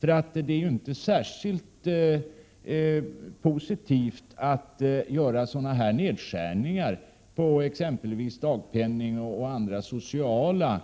Det är ju inte särskilt positivt att göra nedskärningar på exempelvis dagpenningen och andra sociala